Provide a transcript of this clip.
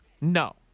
no